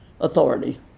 authority